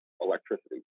electricity